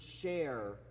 share